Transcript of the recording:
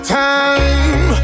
time